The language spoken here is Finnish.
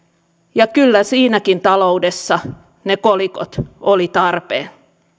ja kyllä siinäkin taloudessa ne kolikot olivat tarpeen